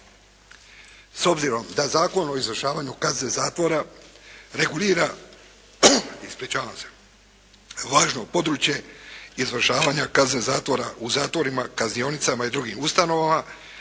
S obzirom da Zakon o izvršavanju kazne zakona regulira, ispričavam se, važno područje izvršavanja kazne zatvora u zatvorima, kaznionicama i drugim ustanovama